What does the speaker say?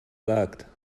sagt